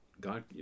God